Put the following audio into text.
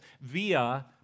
via